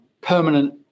permanent